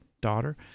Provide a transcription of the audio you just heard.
daughter